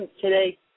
today